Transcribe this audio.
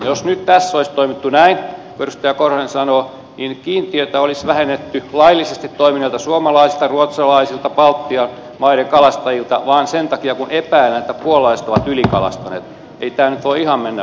jos nyt tässä olisi toimittu näin kuin edustaja korhonen sanoo niin kiintiötä olisi vähennetty laillisesti toimineilta suomalaisilta ruotsalaisilta baltian maiden kalastajilta vain sen takia kun epäillään että puolalaiset ovat ylikalastaneet